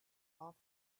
off